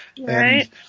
Right